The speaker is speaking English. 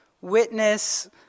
witness